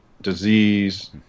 disease